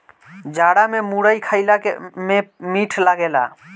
जाड़ा में मुरई खईला में मीठ लागेला